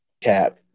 cap